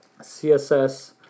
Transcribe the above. CSS